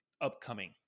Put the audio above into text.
upcoming